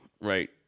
right